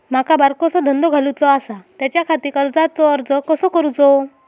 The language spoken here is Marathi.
माका बारकोसो धंदो घालुचो आसा त्याच्याखाती कर्जाचो अर्ज कसो करूचो?